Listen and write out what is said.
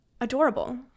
adorable